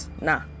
Nah